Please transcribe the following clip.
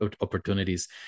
opportunities